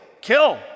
kill